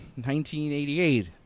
1988